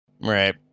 Right